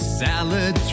salad